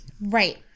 Right